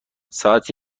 ساعت